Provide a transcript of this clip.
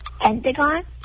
Pentagon